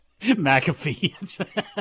McAfee